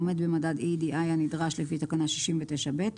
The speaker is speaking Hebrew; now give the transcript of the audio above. עומד במדד EEDI הנדרש לפי תקנה 69(ב).